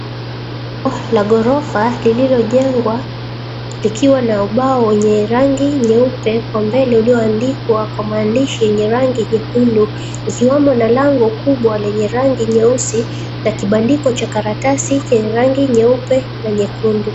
Na ghorofa lililojengwa likiwa na ubao wenye rangi nyeupe kwa mbele ulioandikwa maandishi yenye rangi nyekundu ikiwemo na lango kubwa lenye rangi nyeusi na kibandiko cha karatasi chenye rangi nyeupe na nyekundu.